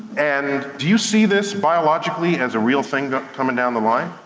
and, do you see this biologically as a real thing coming down the line?